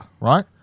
right